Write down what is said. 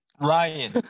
Ryan